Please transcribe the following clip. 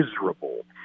miserable